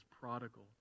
prodigal